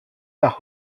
par